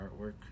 artwork